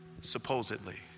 Supposedly